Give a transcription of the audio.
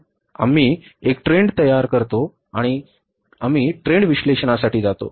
आम्ही एक ट्रेंड तयार करतो आणि आम्ही ट्रेंड विश्लेषणासाठी जातो